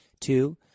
two